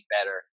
better